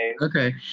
Okay